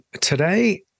Today